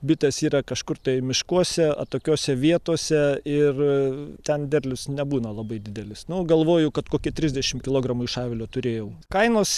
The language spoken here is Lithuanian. bitės yra kažkur tai miškuose atokiose vietose ir ten derlius nebūna labai didelis nu galvoju kad kokie trisdešim kilogramų iš avilio turėjau kainos